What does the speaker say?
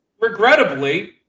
regrettably